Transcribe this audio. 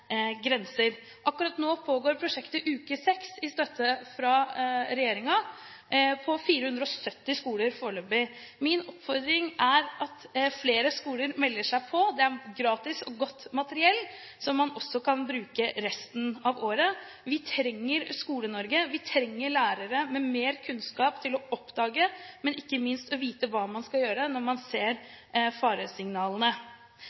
Akkurat nå pågår prosjektet Uke Sex, med støtte fra regjeringen, på 470 skoler foreløpig. Min oppfordring er at flere skoler melder seg på. Det er gratis, godt materiell, som man også kan bruke resten av året. Vi trenger Skole-Norge, vi trenger lærere med mer kunnskap til å oppdage, men ikke minst vite hva man skal gjøre når man